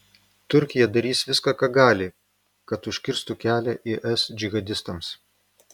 turkija darys viską ką gali kad užkirstų kelią is džihadistams